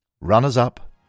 Runners-Up